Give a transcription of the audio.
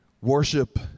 worship